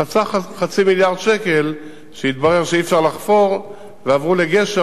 חסך אז חצי מיליארד שקל כשהתברר שאי-אפשר לחפור ועברו לגשר,